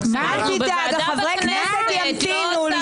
חברי כנסת ימתינו.